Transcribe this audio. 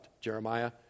Jeremiah